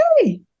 hey